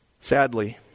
Sadly